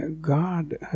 God